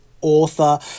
author